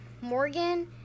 Morgan